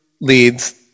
leads